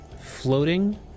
floating